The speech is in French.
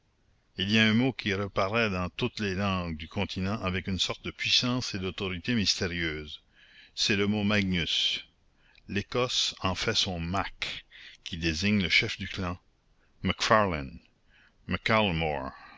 il y a un mot qui reparaît dans toutes les langues du continent avec une sorte de puissance et d'autorité mystérieuse c'est le mot magnus l'écosse en fait son mac qui désigne le chef du clan